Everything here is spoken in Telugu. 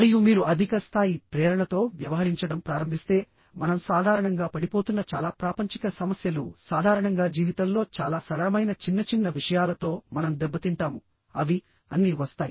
మరియు మీరు అధిక స్థాయి ప్రేరణతో వ్యవహరించడం ప్రారంభిస్తే మనం సాధారణంగా పడిపోతున్న చాలా ప్రాపంచిక సమస్యలు సాధారణంగా జీవితంలో చాలా సరళమైన చిన్నచిన్న విషయాలతో మనం దెబ్బతింటాము అవి అన్నీ వస్తాయి